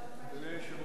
אדוני היושב-ראש,